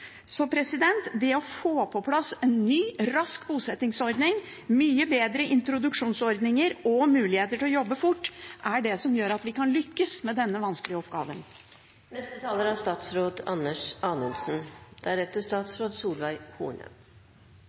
Så det å få på plass en ny, rask bosettingsordning, mye bedre introduksjonsordninger og muligheter til å jobbe fort er det som gjør at vi kan lykkes med denne vanskelige oppgaven.